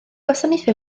gwasanaethu